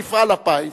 מפעל הפיס.